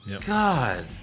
God